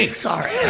Sorry